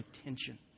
attention